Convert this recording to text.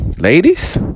Ladies